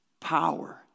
power